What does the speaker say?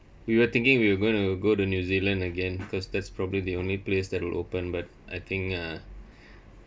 we were thinking we're going to go to new zealand again cause that's probably the only place that will open but I think uh